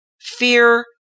Fear